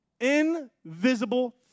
Invisible